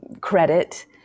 credit